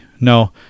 no